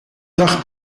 dag